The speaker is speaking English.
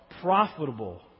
profitable